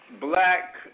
black